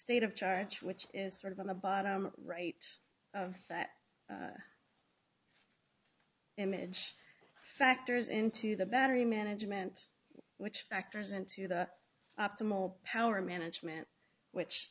state of charge which is sort of on the bottom right that image factors into the battery management which factors into the optimal power management which